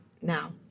now